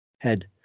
head